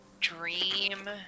Dream